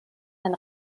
ein